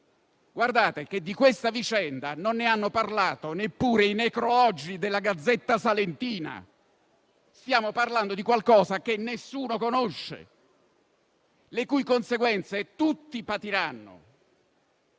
Guardate che di questa vicenda non hanno parlato neppure i necrologi della gazzetta salentina. Stiamo parlando di qualcosa che nessuno conosce e le cui conseguenze tutti patiranno.